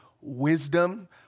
wisdom